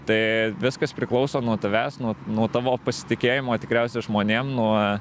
tai viskas priklauso nuo tavęs nuo nuo tavo pasitikėjimo tikriausiai žmonėm nuo